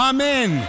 Amen